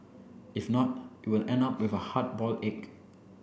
if not you will end up with a hard boiled egg